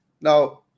Now